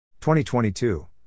2022